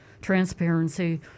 Transparency